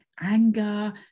anger